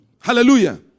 Hallelujah